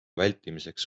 vältimiseks